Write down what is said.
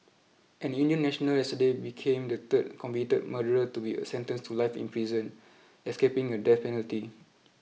an Indian national yesterday became the third convicted murderer to be sentenced to life in prison escaping a death penalty